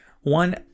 One